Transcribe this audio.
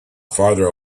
farther